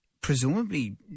presumably